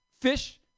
fish